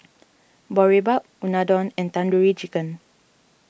Boribap Unadon and Tandoori Chicken